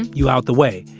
you out the way.